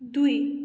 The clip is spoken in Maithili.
दुइ